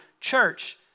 church